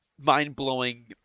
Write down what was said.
mind-blowing